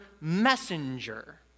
messenger